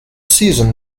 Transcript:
season